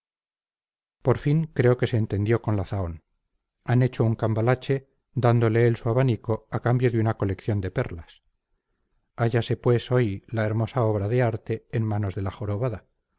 por fin creo que se entendió con la zahón han hecho un cambalache dándole él su abanico a cambio de una colección de perlas hállase pues hoy la hermosa obra de arte en manos de la jorobada